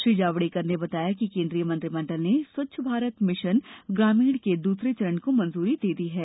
श्री जावड़ेकर ने बताया कि केंद्रीय मंत्रिमंडल ने स्वच्छ भारत मिशन ग्रामीण के दूसरे चरण को मंजूरी दे दी है